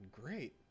Great